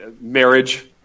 marriage